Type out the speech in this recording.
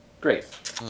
Great